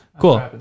Cool